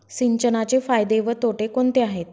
सिंचनाचे फायदे व तोटे कोणते आहेत?